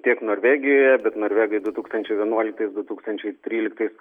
tiek norvegijoje bet norvegai du tūkstančiai vienuoliktais du tūkstančiai tryliktais